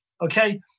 Okay